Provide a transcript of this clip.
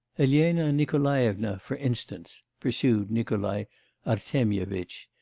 elena nikolaevna, for instance pursued nikolai artemyevitch,